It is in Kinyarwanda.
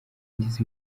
ngize